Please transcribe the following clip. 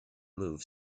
move